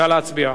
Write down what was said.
נא להצביע.